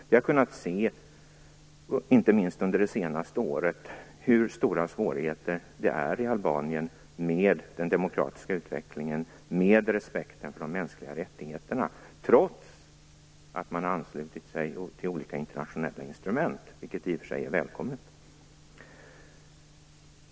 Vi har kunnat se, inte minst under det senaste året, hur stora svårigheter det är i Albanien med den demokratiska utvecklingen och med respekten för de mänskliga rättigheterna, trots att man har anslutit sig till olika internationella instrument, vilket i och för sig är välkommet.